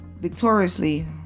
victoriously